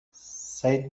سعید